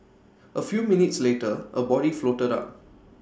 A few minutes later A body floated up